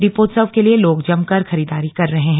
दोपोत्सव के लिए लोग जमकर खरीदारी कर रहे हैं